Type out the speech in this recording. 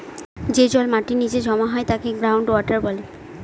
যে জল মাটির নীচে গিয়ে জমা হয় তাকে গ্রাউন্ড ওয়াটার বলে